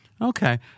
Okay